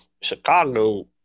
Chicago